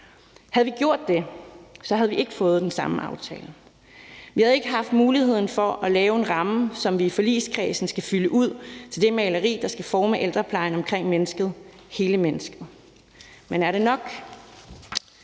Havde vi gjort det, havde vi ikke fået den samme aftale. Vi havde ikke haft muligheden for at lave en ramme, som vi i forligskredsen skal fylde ud til det maleri, der skal forme ældreplejen omkring mennesket, altså hele mennesket. Men er det nok?